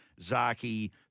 Zaki